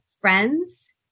friends